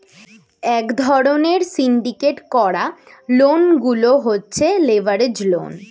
এক ধরণের সিন্ডিকেট করা লোন গুলো হচ্ছে লেভারেজ লোন